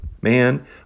Man